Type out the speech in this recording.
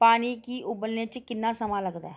पानी गी उब्बलने च किन्ना समां लगदा ऐ